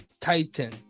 titan